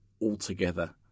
altogether